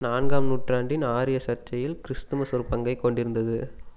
நான்காம் நூற்றாண்டின் ஆரிய சர்ச்சையில் கிறிஸ்துமஸ் ஒரு பங்கைக் கொண்டிருந்தது